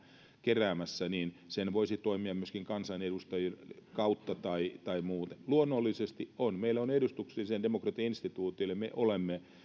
keräämässä niin siinä voisi toimia myöskin kansanedustajien kautta tai tai muuten luonnollisesti on meillä on edustuksellisen demokratian instituutio eli me olemme